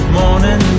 morning